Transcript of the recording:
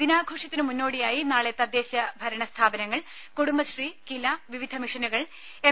ദിനാഘോഷത്തിനു മുന്നോടിയായി നാളെ തദ്ദേശ സ്വയംഭരണ സ്ഥാപനങ്ങൾ കുടുംബശ്രീ കില വിവിധ മിഷനുകൾ എം